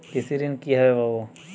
কৃষি ঋন কিভাবে পাব?